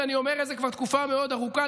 ואני אומר את זה כבר תקופה מאוד ארוכה,